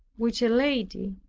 which a lady,